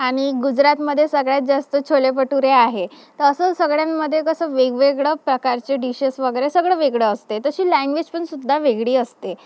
आणि गुजरातमध्ये सगळ्यात जास्त छोले भटुरे आहे तर असं सगळ्यांमध्ये कसं वेगवेगळं प्रकारचे डिशेस वगैरे सगळं वेगळं असते तशी लँग्वेज पण सुद्धा वेगळी असते